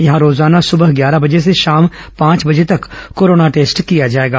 यहां रोजाना सुबह ग्यारह बजे से शाम पांच बजे तक कोरोना टेस्ट किया जाएगा